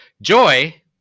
joy